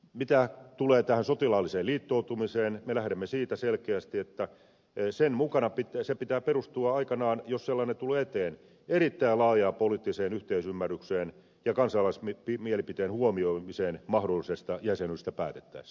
mitä tulee tähän sotilaalliseen liittoutumiseen me lähdemme siitä selkeästi että sen pitää perustua aikanaan jos sellainen tulee eteen erittäin laajaan poliittiseen yhteisymmärrykseen ja kansalaismielipiteen huomioimiseen mahdollisesta jäsenyydestä päätettäessä